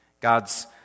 God's